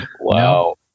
Wow